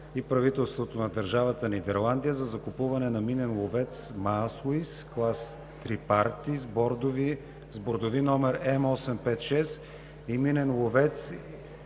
и правителството на държавата Нидерландия за закупуване на минен ловец „Мааслуис“, клас „Трипарти“, с бордови № М856, и минен ловец